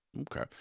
Okay